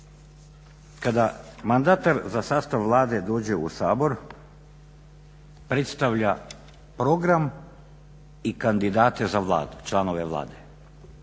kada mandatar za sastav Vlade dođe u Sabor predstavlja program i kandidate za Vladu, članove Vlade.